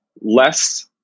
less